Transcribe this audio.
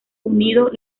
unidos